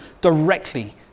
directly